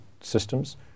systems